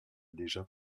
déjà